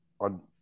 on